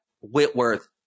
Whitworth